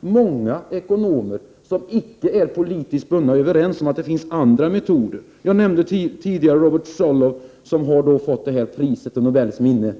Många ekonomer, som inte är politiskt bundna, är överens om att det finns andra metoder. Jag nämnde tidigare Robert Solow, som fått priset till Nobels minne